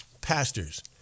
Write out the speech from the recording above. pastors